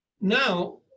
Now